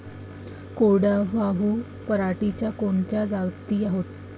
कोरडवाहू पराटीच्या कोनच्या जाती हाये?